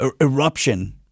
eruption